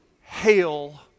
Hail